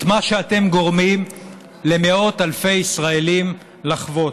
את מה שאתם גורמים למאות אלפי ישראלים לחוות,